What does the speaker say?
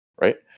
right